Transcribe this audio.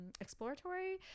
exploratory